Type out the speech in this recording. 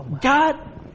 God